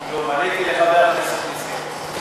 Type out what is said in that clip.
עניתי לחבר הכנסת נסים.